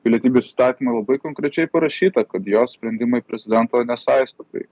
pilietybės įstatyme labai konkrečiai parašyta kad jos sprendimai prezidento nesaisto tai